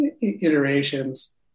iterations